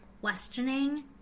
questioning